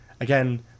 Again